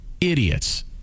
idiots